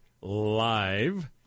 Live